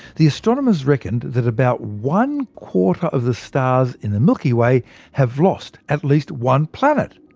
the astronomers reckoned that about one quarter of the stars in the milky way have lost at least one planet.